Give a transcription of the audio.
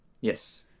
yes